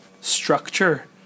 structure